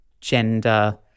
gender